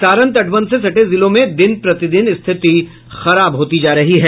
सारण तटबंध से सटे जिलों में दिन प्रतिदिन स्थिति खराब होती जा रही है